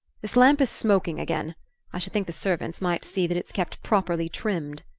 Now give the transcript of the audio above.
this lamp is smoking again i should think the servants might see that it's kept properly trimmed,